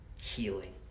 healing